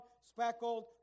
speckled